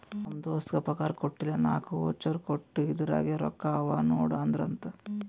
ನಮ್ ದೋಸ್ತಗ್ ಪಗಾರ್ ಕೊಟ್ಟಿಲ್ಲ ನಾಕ್ ವೋಚರ್ ಕೊಟ್ಟು ಇದುರಾಗೆ ರೊಕ್ಕಾ ಅವಾ ನೋಡು ಅಂದ್ರಂತ